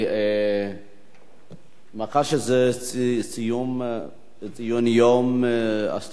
מאחר שזה ציון יום הסטודנט הלאומי,